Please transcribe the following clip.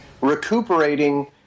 recuperating